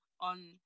on